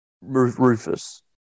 Rufus